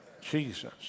Jesus